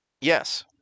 Yes